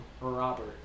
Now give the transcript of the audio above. Robert